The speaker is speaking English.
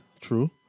True